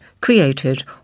created